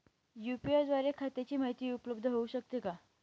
UPI द्वारे खात्याची माहिती उपलब्ध होऊ शकते का?